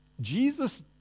Jesus